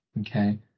Okay